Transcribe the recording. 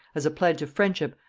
as a pledge of friendship,